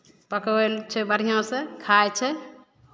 पकबै छै बढ़िआँसँ खाइ छै